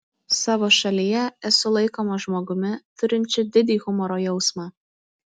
savo šalyje esu laikomas žmogumi turinčiu didį humoro jausmą